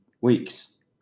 weeks